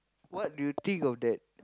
what do you think of that